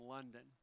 London